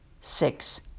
six